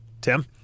Tim